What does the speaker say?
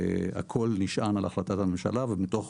הכול נשען על החלטת הממשלה ומתוך